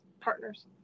partners